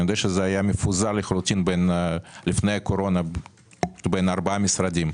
אני יודע שזה היה מפוזר לפני הקורונה בין ארבעה משרדים.